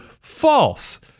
False